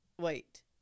wait